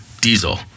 diesel